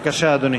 בבקשה, אדוני.